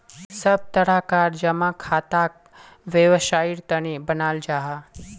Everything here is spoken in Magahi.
सब तरह कार जमा खाताक वैवसायेर तने बनाल जाहा